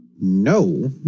no